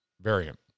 Variant